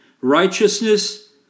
righteousness